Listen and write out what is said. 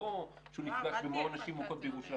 לא שהוא נפגש במעון נשים מוכות בירושלים.